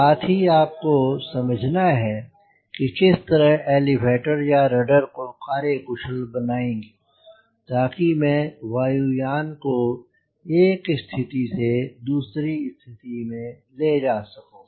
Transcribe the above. साथ ही आपको समझाना है कि किस तरह एलीवेटर या रडर को कार्य कुशल बनाएँगे ताकि मैं वायु यान को एक स्थिति से दूसरी स्थिति में ले जा सकूं